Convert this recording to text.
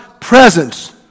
presence